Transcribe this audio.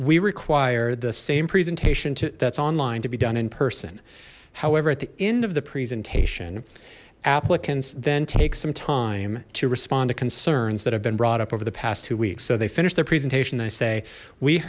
we require the same presentation to that's online to be done in person however at the end of the presentation applicants then take some time to respond to concerns that have been brought up over the past two weeks so they finish their presentation they say we